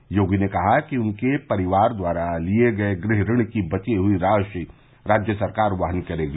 श्री योगी ने कहा कि उनके परिवार द्वारा लिये गये गृह ऋण की बची हुई राशि राज्य सरकार वहन करेगी